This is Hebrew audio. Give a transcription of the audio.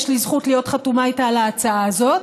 יש לי זכות להיות חתומה אתה על ההצעה הזאת,